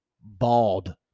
bald